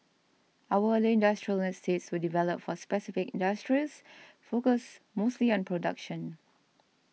our earlier industrial estates were developed for specific industries focused mostly on production